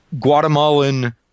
Guatemalan